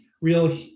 real